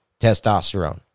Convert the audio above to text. testosterone